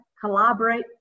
Collaborate